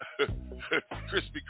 Krispy